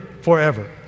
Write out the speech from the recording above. forever